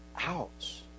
Ouch